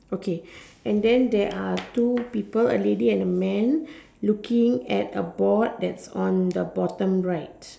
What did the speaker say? okay and then there are two people a lady and a man looking at a board that's on the bottom right